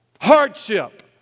hardship